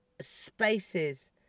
spaces